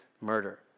murder